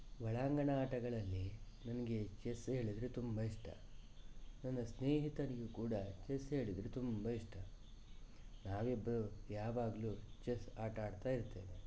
ಒಳಾಂಗಣ ಆಟಗಳಲ್ಲಿ ನನಗೆ ಚೆಸ್ ಹೇಳಿದರೆ ತುಂಬ ಇಷ್ಟ ನನ್ನ ಸ್ನೇಹಿತನಿಗೂ ಕೂಡ ಚೆಸ್ ಹೇಳಿದರೆ ತುಂಬ ಇಷ್ಟ ನಾವಿಬ್ಬರೂ ಯಾವಾಗಲೂ ಚೆಸ್ ಆಟಾಡ್ತಾ ಇರ್ತೇವೆ